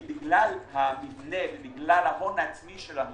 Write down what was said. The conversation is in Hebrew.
כי בגלל המבנה וההון העצמי שלנו,